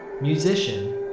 Musician